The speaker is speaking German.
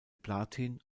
platin